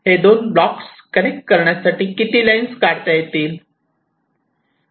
हे दोन blocks connect करण्यासाठी किती लाईन्स काढता येते येतील